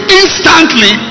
instantly